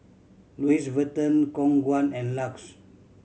Louis Vuitton Khong Guan and LUX